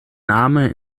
name